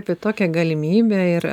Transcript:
apie tokią galimybę ir